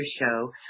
show